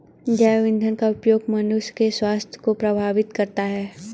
जैव ईंधन का उपयोग मनुष्य के स्वास्थ्य को प्रभावित करता है